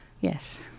Yes